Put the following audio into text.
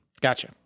Gotcha